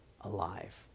alive